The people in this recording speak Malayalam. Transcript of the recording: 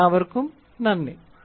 എല്ലാവര്ക്കും നന്ദി